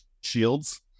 shields